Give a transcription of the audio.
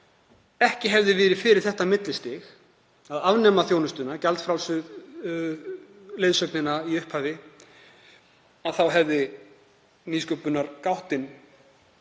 ekki hefði verið fyrir þetta millistig, að afnema þjónustuna, gjaldfrjálsu leiðsögnina í upphafi, þá hefði nýsköpunargátt verið það